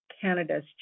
Canada's